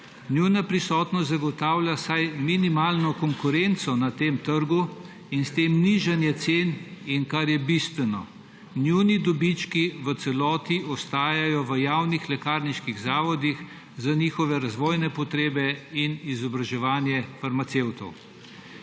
Njuna prisotnost zagotavlja vsaj minimalno konkurenco na tem trgu in s tem nižanje cen. Kar pa je bistveno, njuni dobički v celoti ostajajo v javnih lekarniških zavodih za njihove razvojne potrebe in izobraževanje farmacevtov.